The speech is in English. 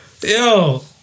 Yo